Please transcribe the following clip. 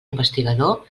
investigador